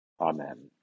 Amen